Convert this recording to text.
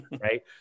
Right